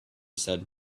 said